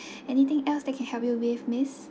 anything else that can help you with miss